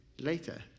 later